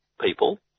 people